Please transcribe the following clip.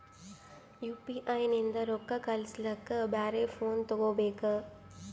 UPI ನಿಂದ ರೊಕ್ಕ ಕಳಸ್ಲಕ ಬ್ಯಾರೆ ಫೋನ ತೋಗೊಬೇಕ?